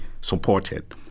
supported